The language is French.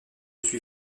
suis